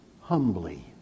humbly